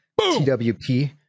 TWP